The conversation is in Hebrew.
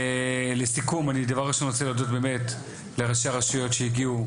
לסיכום אני דבר ראשון רוצה להודות באמת לראשי הרשויות שהגיעו,